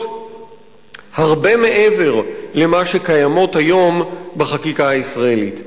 הרבה מעבר למה שקיים היום בחקיקה הישראלית.